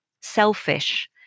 selfish